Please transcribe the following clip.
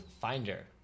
finder